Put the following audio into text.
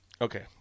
Okay